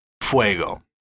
Fuego